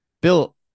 Bill